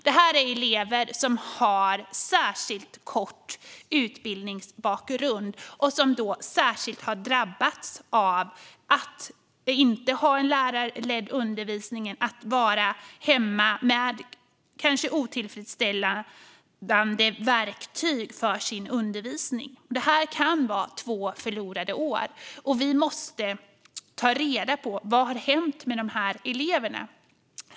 Det här är elever som har särskilt kort utbildningsbakgrund och har på ett särskilt sätt drabbats av att inte ha lärarledd undervisning. De har fått vara hemma, kanske med otillfredsställande verktyg för sin undervisning. Det här kan ha varit två förlorade år, och vi måste ta reda på vad som har hänt med dessa elever.